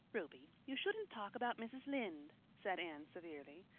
ruby, you shouldn't talk about mrs. lynde, said anne severely.